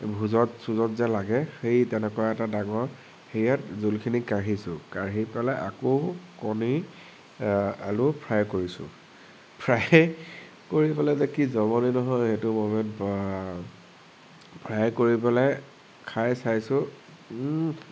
ভোজত চোজত যে লাগে সেই তেনেকুৱা এটা ডাঙৰ হেৰিয়াত জোলখিনি কাঢ়িছো কাঢ়ি পেলাই আকৌ কণী আলু ফ্ৰাই কৰিছো ফ্ৰাই কৰি পেলাই যে কি জমনি নহয় এইটো ম'মেণ্ট বা ফ্ৰাই কৰি পেলাই খাই চাইছো ওম